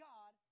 God